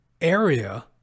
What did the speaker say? area